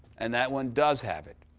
and that one does have it.